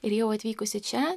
ir jau atvykusi čia